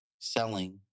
selling